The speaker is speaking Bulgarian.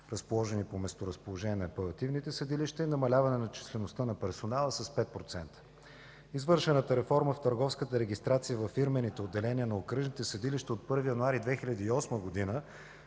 разположени по месторазположение на апелативните съдилища и намаляване на числеността на персонала с 5 %. Извършената реформа в търговската регистрация във фирмените отделения на окръжните съдилища от 1 януари 2008 г.,